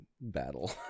battle